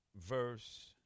verse